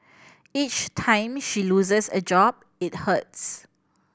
each time she loses a job it hurts